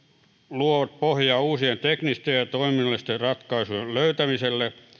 luovat pohjaa uusien teknisten ja ja toiminnallisten ratkaisujen löytämiselle